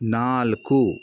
ನಾಲ್ಕು